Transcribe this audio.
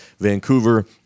Vancouver